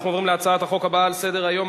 אנחנו עוברים להצעת החוק הבאה על סדר-היום,